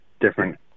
different